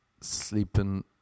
sleeping